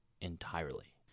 entirely